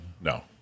No